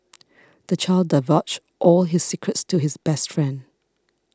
the child divulged all his secrets to his best friend